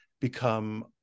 become